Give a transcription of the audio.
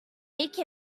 make